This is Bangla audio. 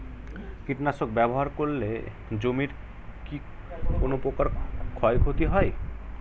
কীটনাশক ব্যাবহার করলে জমির কী কোন প্রকার ক্ষয় ক্ষতি হয়?